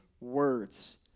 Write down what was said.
words